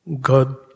God